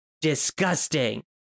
disgusting